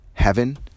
Heaven